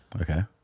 okay